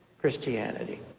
Christianity